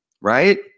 right